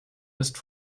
ist